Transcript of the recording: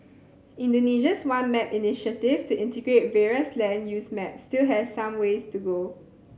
Indonesia's One Map initiative to integrate various land use maps still has some way to go